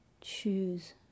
Choose